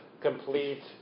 complete